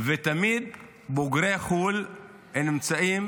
ותמיד בוגרי חו"ל נמצאים